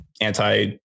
anti